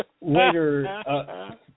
Later